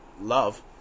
love